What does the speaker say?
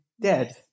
dead